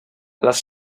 les